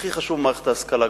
הכי חשוב במערכת ההשכלה הגבוהה.